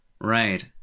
Right